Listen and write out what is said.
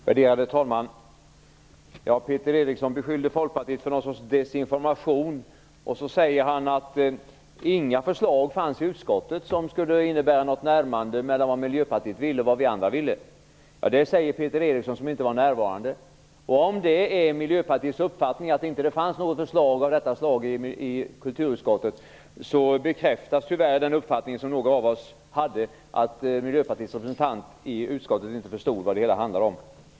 Värderade talman! Peter Eriksson beskyllde Folkpartiet för någon sorts desinformation. Han säger att det inte fanns några förslag i utskottet som skulle ha inneburit ett närmande mellan vad Miljöpartiet ville och vad vi andra ville. Det säger Peter Eriksson som inte var närvarande. Om det är Miljöpartiets uppfattning att det inte fanns något sådant förslag i kulturutskottet bekräftas här den uppfattning som några av oss hade: Miljöpartiets representant i utskottet förstod inte vad det hela handlade om.